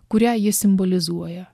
kurią ji simbolizuoja